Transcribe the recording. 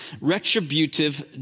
retributive